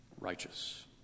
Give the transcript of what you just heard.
righteous